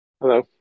Hello